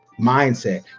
mindset